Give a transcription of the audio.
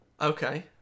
Okay